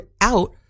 out